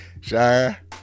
Shire